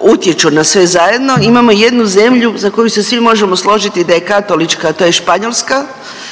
utječu na sve zajedno. Imamo jednu zemlju za koju se svi možemo složiti da je katolička, a to je Španjolska